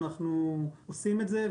אנחנו עושים את זה,